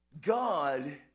God